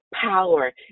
power